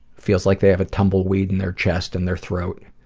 feels like they have a tumbled weed in their chest and their throat,